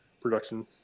production